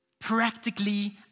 practically